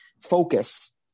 focus